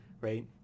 right